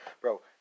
Bro